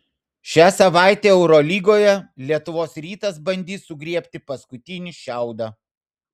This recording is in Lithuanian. šią savaitę eurolygoje lietuvos rytas bandys sugriebti paskutinį šiaudą